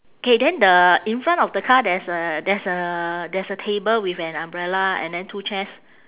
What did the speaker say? K then the in front of the car there's a there's a there's a table with an umbrella and then two chairs